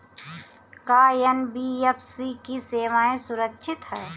का एन.बी.एफ.सी की सेवायें सुरक्षित है?